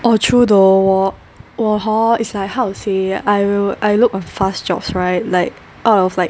oh true though 我我 hor is like how to say I will I look on fast jobs right like out of like